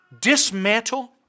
dismantle